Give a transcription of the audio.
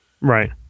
Right